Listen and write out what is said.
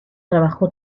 trabajó